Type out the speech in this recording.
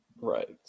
Right